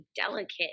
delicate